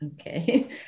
Okay